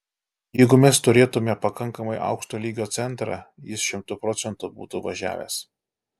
jeigu mes turėtumėme pakankamai aukšto lygio centrą jis šimtu procentų būtų važiavęs